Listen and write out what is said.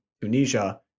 Tunisia